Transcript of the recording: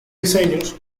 diseños